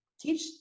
teach